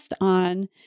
on